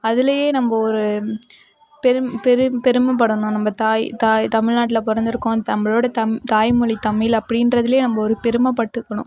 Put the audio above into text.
அதுலேயே நம்ம ஒரு பெருமைப்படணும் நம்ம தமிழ்நாட்டில் பிறந்திருக்கோம் நம்மளோட தம் தாய்மொழி தமிழ் அப்படின்றதுலே நம்ம பெருமைப்பட்டுக்கணும்